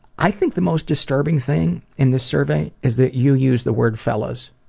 i think the most disturbing thing in this survey is that you used the word fellas